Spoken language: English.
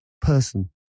person